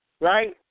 right